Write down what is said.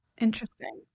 interesting